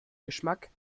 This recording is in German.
geschmack